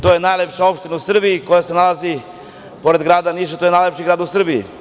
To je najlepša opština u Srbiji koja se nalazi pored grada Niša, a to je najlepši grad u Srbije.